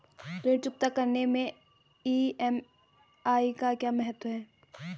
ऋण चुकता करने मैं ई.एम.आई का क्या महत्व है?